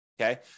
Okay